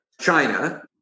China